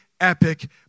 epic